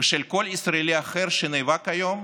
ושל כל ישראלי אחר שנאבק היום